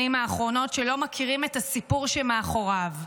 האחרונות שלא מכירים את הסיפור שמאחוריו.